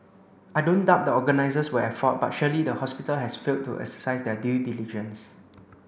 I don't doubt the organisers were at fault but surely the hospital has failed to exercise their due diligence